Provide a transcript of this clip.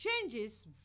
changes